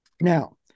Now